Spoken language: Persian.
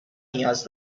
نیاز